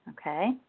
okay